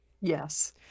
Yes